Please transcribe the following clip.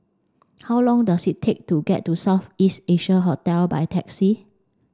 how long does it take to get to South East Asia Hotel by taxi